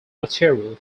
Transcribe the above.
materials